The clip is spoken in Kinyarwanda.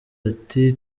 ati